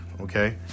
okay